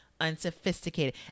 unsophisticated